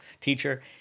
teacher